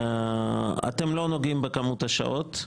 אתם לא נוגעים בכמות השעות,